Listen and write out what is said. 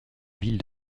ville